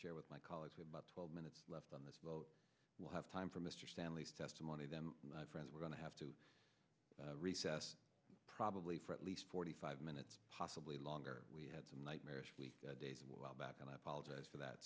share with my colleagues about twelve minutes left on this vote will have time for mr stanley's testimony then my friends we're going to have to recess probably for at least forty five minutes possibly longer we had some nightmarish week days while back and i apologize for that